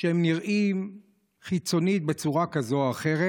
שנראים חיצונית בצורה כזאת או אחרת,